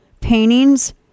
paintings